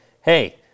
Hey